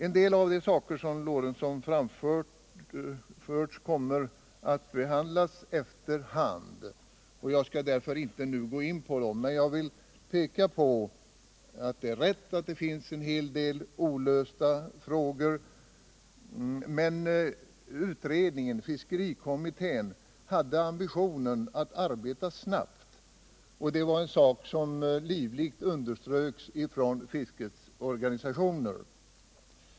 En del av de saker som Gustav Lorentzon fört fram kommer att behandlas efter hand, och jag skall därför inte nu gå in på dem. Jag vill framhålla att det är riktigt att det finns en hel del olösta frågor. Men fiskerikommittén hade ambitionen att arbeta snabbt, och att den skulle göra det var något som kraftigt underströks av fiskets organisationer.